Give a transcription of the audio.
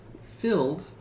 filled